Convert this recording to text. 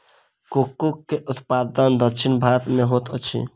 cocoa के उत्पादन दक्षिण भारत में होइत अछि